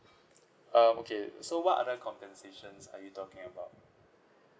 um okay so what other compensations are you talking about